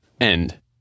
End